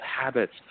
habits